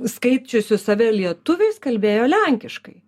skaičiusius save lietuviais kalbėjo lenkiškai